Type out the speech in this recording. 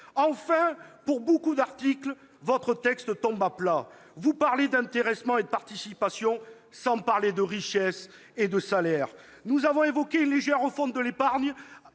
Enfin, sur nombre d'articles, votre texte tombe à plat. Vous parlez d'intéressement et de participation sans parler de partage de richesses ni de salaires. Nous avons travaillé sur une légère refonte de l'épargne